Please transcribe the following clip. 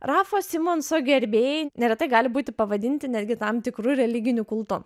rafo simonso gerbėjai neretai gali būti pavadinti netgi tam tikru religiniu kultu